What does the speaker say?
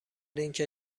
اینکه